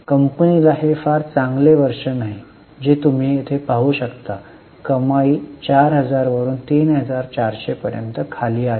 कंपनीला हे फार चांगले वर्ष नाही जे तुम्ही येथे पाहू शकता कमाई 4000 वरून 3400 पर्यंत खाली आला